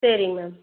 சரிங் மேம்